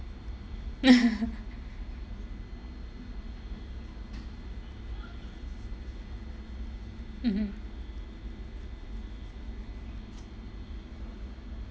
mmhmm